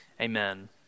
amen